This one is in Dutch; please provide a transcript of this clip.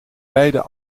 beide